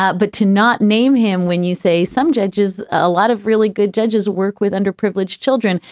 ah but to not name him when you say some judges. a lot of really good judges work with underprivileged children.